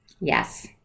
Yes